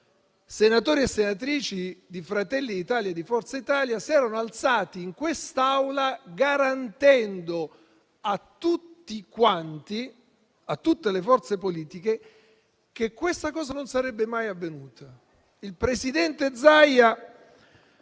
senatrici, soprattutto di Fratelli d'Italia e di Forza Italia, si erano alzati in quest'Aula garantendo a tutte le forze politiche che questa cosa non sarebbe mai avvenuta. Il presidente Zaia